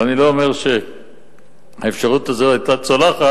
ואני לא אומר שהאפשרות הזאת היתה צולחת,